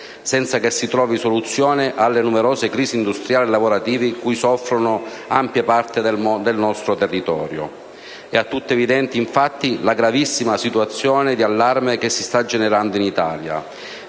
senza che si trovi soluzione alle numerose crisi industriali e lavorative di cui soffrono ampie parti del nostro territorio. È a tutti evidente, infatti, la gravissima situazione di allarme che si sta generando in Italia